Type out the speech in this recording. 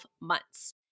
months